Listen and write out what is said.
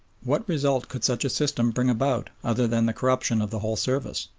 what result could such a system bring about other than the corruption of the whole service?